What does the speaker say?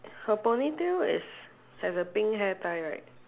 her ponytail is has a pink hair tie right